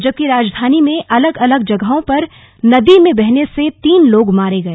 जबकि राजधानी में अलग अलग जगहों पर नदी में बहने से तीन लोग मारे गए